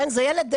זה ילד,